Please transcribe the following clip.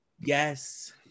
Yes